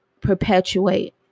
perpetuate